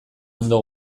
ondo